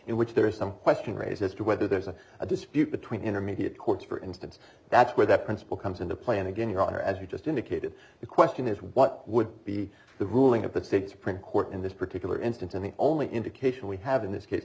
in which there is some question raised as to whether there's a dispute between intermediate courts for instance that's where that principle comes into play and again your honor as you just indicated the question is what would be the ruling of the state supreme court in this particular instance and the only indication we have in this case